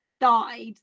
died